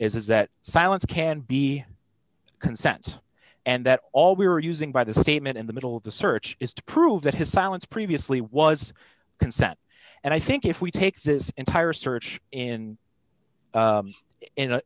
is that silence can be consent and that all we were using by the statement in the middle of the search is to prove that his silence previously was consent and i think if we take this entire search in